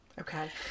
Okay